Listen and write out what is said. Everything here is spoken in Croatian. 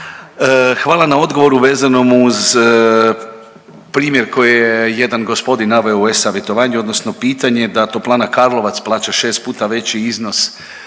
Hvala na odgovoru vezanom uz primjer koji je jedan gospodin naveo u e-savjetovanju odnosno pitanje da Toplana Karlovac plaća 6 puta veći iznos